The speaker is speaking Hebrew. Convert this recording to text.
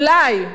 אולי,